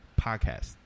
podcast